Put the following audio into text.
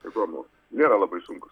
zonų nėra labai sunkūs